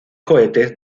cohetes